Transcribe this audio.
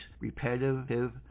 repetitive